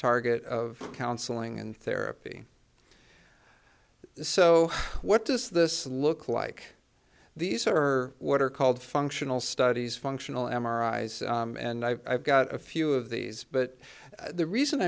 target of counseling and therapy so what does this look like these are what are called functional studies functional m r i z and i've got a few of these but the reason